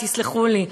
תסלחו לי,